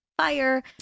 fire